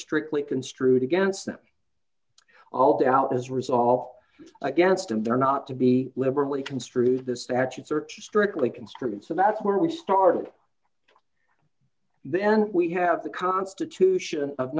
strictly construed against them all doubt as resolve against him they are not to be liberally construed the statute search is strictly construed so that's where we started then we have the constitution of